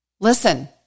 listen